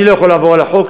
אני לא יכול לעבור על החוק.